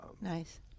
Nice